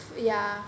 yeah